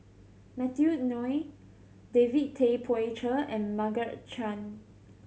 Matthew Ngui David Tay Poey Cher and Margaret Chan